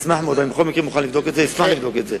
אני בכל מקרה מוכן לבדוק את זה,